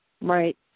Right